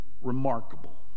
remarkable